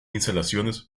instalaciones